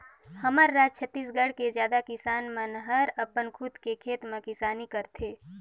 हमर राज छत्तीसगढ़ के जादा किसान मन हर अपन खुद के खेत में किसानी करथे